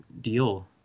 deal